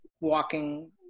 walking